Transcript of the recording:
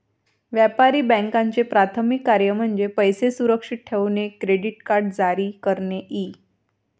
व्यापारी बँकांचे प्राथमिक कार्य म्हणजे पैसे सुरक्षित ठेवणे, क्रेडिट कार्ड जारी करणे इ